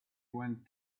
went